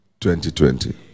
2020